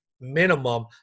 minimum